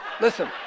Listen